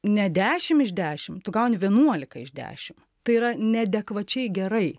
ne dešim iš dešim tu gauni vienuolika iš dešim tai yra neadekvačiai gerai